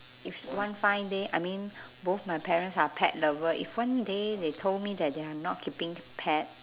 if one fine day I mean both my parents are pet lover if one day they told me that they are not keeping pet